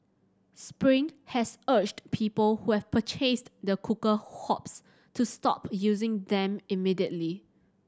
spring has urged people who have purchased the cooker hobs to stop using them immediately